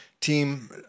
team